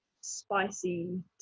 spicy